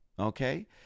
Okay